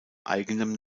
eigenem